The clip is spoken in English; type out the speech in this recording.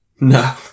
No